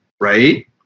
right